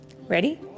ready